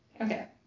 Okay